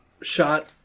shot